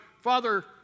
Father